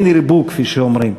כן ירבו, כפי שאומרים.